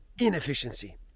inefficiency